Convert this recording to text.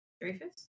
Dreyfus